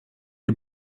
die